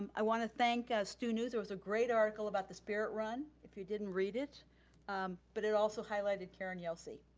um i wanna thank stu news. there was a great article about the spirit run if you didn't read it um but it also highlighted karen yelsey,